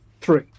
Three